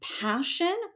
passion